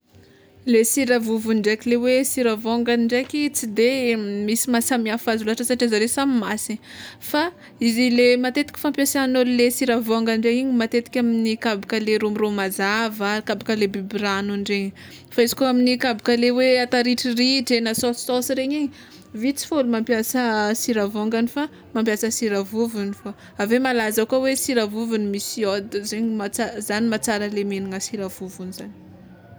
Le sira vovony ndraiky le hoe sira vôngany ndraiky tsy de misy mahasamihafa azy loatra satria zare samy masina, fa izy le matetiky fampiasan'ôlo le sira vôngany le igny matetika amin'ny kabaka le romoromazava kabaka le bebe ragnony regny, fa izy koa amin'ny kabaka le hoe atao ritriritry na saosisaosy regny igny vitsy fô olo mampiasa sira vôngany fa mampiasa sira vovony fô aveo malaza koa hoe sira vovony misy iôda zegny mahatsara zagny mahatsara le mihinana sira vovony zany.